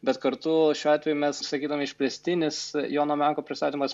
bet kartu šiuo atveju mes sakydami išplėstinis jono meko pristatymas